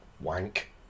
wank